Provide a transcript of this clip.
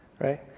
Right